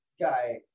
Guy